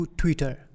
twitter